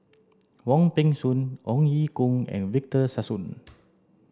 Wong Peng Soon Ong Ye Kung and Victor Sassoon